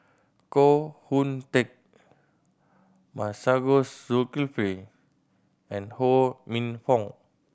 Koh Hoon Teck Masagos Zulkifli and Ho Minfong